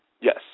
Yes